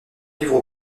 vivre